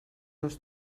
dos